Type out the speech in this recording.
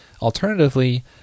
Alternatively